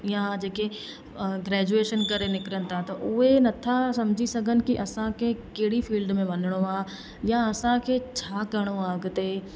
या जेके ग्रैजुएशन करे निकिरनि था त उहे नथा सम्झी सघनि की असांखे केॾी फील्ड में वञिणो आहे या असांखे छा करिणो आहे अॻिते